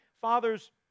Fathers